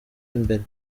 imbere